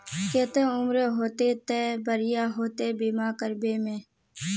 केते उम्र होते ते बढ़िया होते बीमा करबे में?